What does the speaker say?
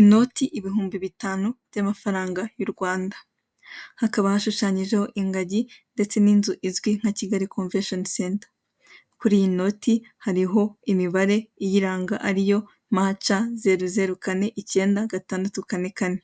Inoti ibihumbi bitanu by'amafaranga y'U Rwanda, hakaba hashushanyikeho ingagi ndetse ni nzu izwi nka Kigali konveshoni senta. Kuri iyi noti hariho imibare iyiranga ariyo ma ca zeru zeru kane ikenda gatandatu Kane kane,